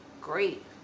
great